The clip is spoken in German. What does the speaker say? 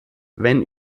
wenn